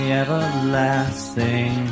everlasting